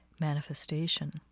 manifestation